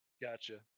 Gotcha